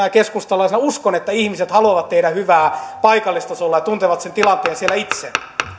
ja keskustalaisena uskon että ihmiset haluavat tehdä hyvää paikallistasolla ja tuntevat sen tilanteen siellä itse